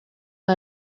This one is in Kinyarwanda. aho